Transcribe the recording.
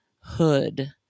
hood